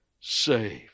saved